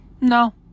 no